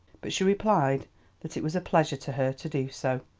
but she replied that it was a pleasure to her to do so,